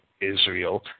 Israel